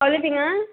पावले तिंगा